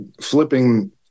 flipping